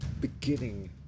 beginning